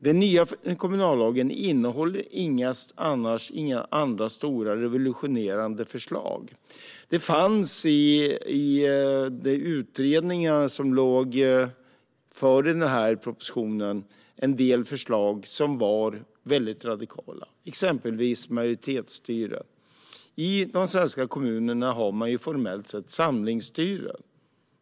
Den nya kommunallagen innehåller annars inga stora revolutionerande förslag. Det fanns i de utredningar som föregick propositionen en del förslag som var väldigt radikala, exempelvis om majoritetsstyre. I de svenska kommunerna har man formellt sett ett samlingsstyre.